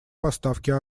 поставки